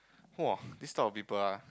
!wow! this type of people ah